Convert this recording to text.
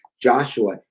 joshua